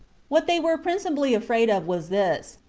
what they were principally afraid of was this,